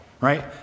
right